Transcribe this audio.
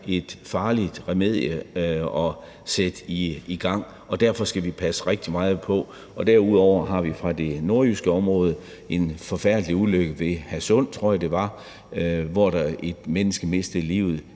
en farlig ting at sætte i gang, og derfor skal vi passe rigtig meget på. Derudover har vi i det nordjyske område haft en forfærdelig ulykke ved Hadsund, tror jeg, det var, hvor et menneske mistede livet